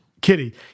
Kitty